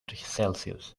celsius